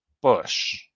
Bush